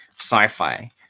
sci-fi